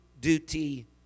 duty